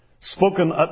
spoken